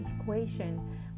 equation